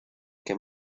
que